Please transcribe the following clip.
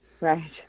right